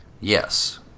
Yes